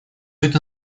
это